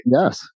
Yes